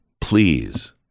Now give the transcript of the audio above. please